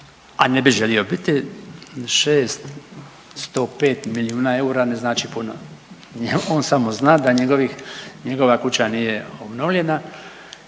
a ne bi želio biti 605 milijuna eura ne znači puno, on samo zna da njegovih njegova kuća nije obnovljena